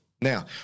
Now